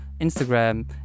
Instagram